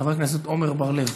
חבר הכנסת עמר בר-לב,